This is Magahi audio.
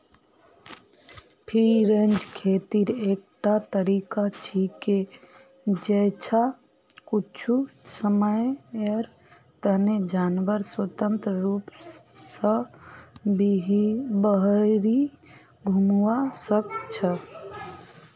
फ्री रेंज खेतीर एकटा तरीका छिके जैछा कुछू समयर तने जानवर स्वतंत्र रूप स बहिरी घूमवा सख छ